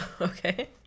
Okay